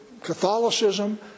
Catholicism